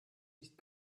nicht